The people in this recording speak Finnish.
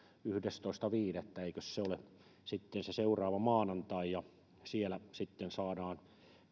yhdestoista viidettä eikös se ole sitten se seuraava maanantai ja siellä sitten saadaan